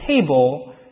table